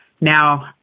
Now